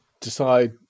decide